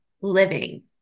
living